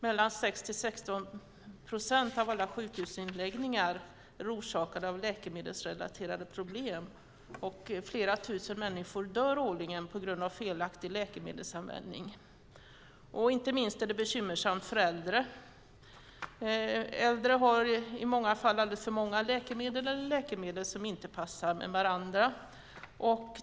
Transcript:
Mellan 6 och 16 procent av alla sjukhusinläggningar är orsakade av läkemedelsrelaterade problem, och flera tusen dör årligen på grund av felaktig läkemedelsanvändning. Inte minst är det bekymmersamt för äldre. Äldre har i många fall alldeles för många läkemedel eller läkemedel som inte passar ihop.